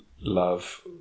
love